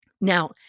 Now